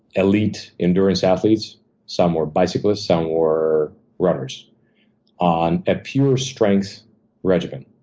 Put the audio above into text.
elite endurance athletes some were bicyclists, some were runners on a pure strength regimen.